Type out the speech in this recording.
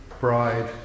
bride